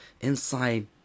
inside